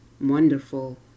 wonderful